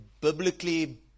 biblically